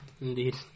Indeed